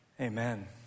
Amen